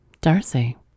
Darcy